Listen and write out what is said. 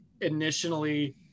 initially